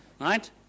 right